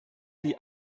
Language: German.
die